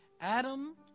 Adam